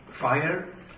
fire